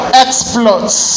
exploits